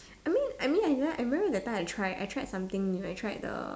I mean I mean I remember I remember that time I try I tried something new I tried the